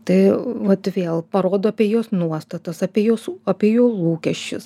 tai vat vėl parodo apie jo nuostatos apie jos apie jo lūkesčius